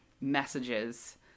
messages